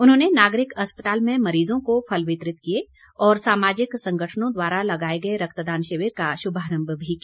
उन्होंने नागरिक अस्पताल में मरीजों को फल वितरित किए और सामाजिक संगठनों द्वारा लगाए गए रक्तदान शिविर का शुभारम्भ भी किया